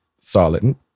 Solid